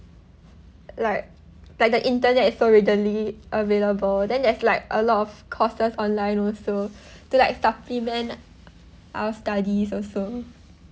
like like the internet is so readily available then there's like a lot of courses online also to like supplement our study also